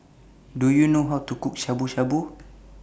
Do YOU know How to Cook Shabu Shabu